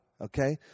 okay